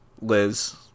Liz